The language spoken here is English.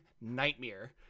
nightmare